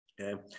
Okay